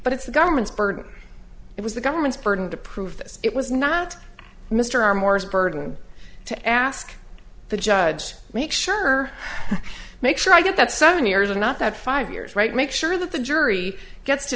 but it's the government's burden it was the government's burden to prove this it was not mr morris burden to ask the judge make sure make sure i got that seven years of not that five years right make sure the jury gets to